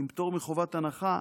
עם פטור מחובת הנחה,